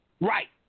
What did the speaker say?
Right